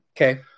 Okay